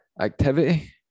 activity